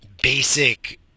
Basic